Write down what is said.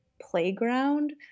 playground